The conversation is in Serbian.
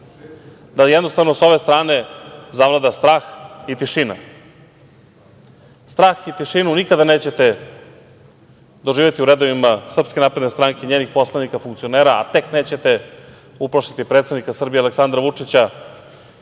da jednostavno sa ove strane zavlada strah i tišina. Strah i tišinu nikada nećete doživeti u redovima SNS i njenih poslanika, funkcionera, a tek nećete uplašiti predsednika Srbije Aleksandra Vučića.